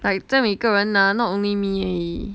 like 在每个人 mah not only me 而已